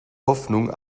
hoffnung